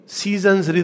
seasons